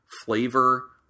flavor